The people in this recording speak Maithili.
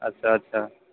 अच्छा अच्छा